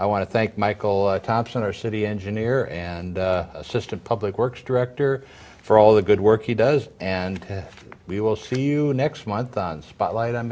i want to thank michael thompson our city engineer and assistant public works director for all the good work he does and we will see you next month on spotlight